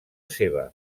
seva